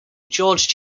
george